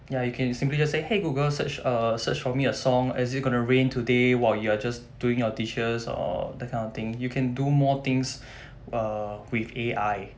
ya you can simply just say !hey! Google search uh search for me a song is it gonna rain today while you are just doing your dishes or the kind of thing you can do more things uh with A_I